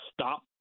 stop